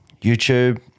YouTube